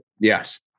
yes